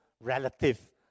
relative